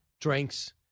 drinks